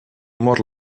mor